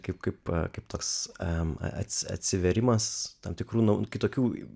kaip kaip kaip toks atsivėrimas tam tikrų kitokių